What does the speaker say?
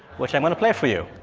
which i'm going to play for you